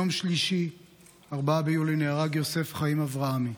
ביום שלישי 4 ביולי נהרג יוסף חיים אברהמי,